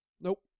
nope